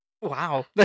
Wow